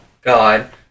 God